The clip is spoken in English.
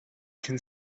can